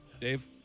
Dave